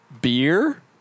beer